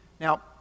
Now